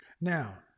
Now